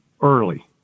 early